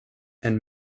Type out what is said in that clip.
and